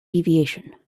deviation